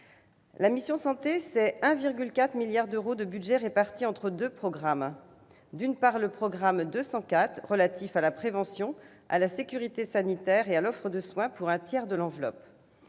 La mission « Santé », c'est 1,4 milliard d'euros de budget, réparti entre deux programmes : le programme 204 relatif à la prévention, la sécurité sanitaire et l'offre de soins, pour un tiers de l'enveloppe,